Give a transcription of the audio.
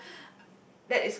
so